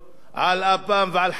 על אפם ועל חמתם